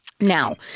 Now